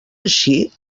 així